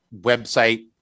website